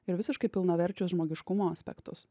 ir visiškai pilnaverčius žmogiškumo aspektus